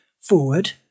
Forward